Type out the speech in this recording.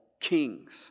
kings